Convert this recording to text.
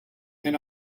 and